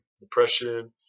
depression